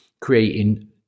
creating